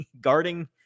guarding